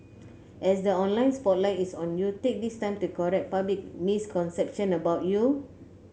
as the online spotlight is on you take this time to correct public misconception about you